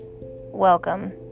Welcome